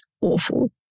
awful